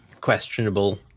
questionable